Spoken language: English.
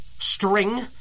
String